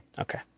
Okay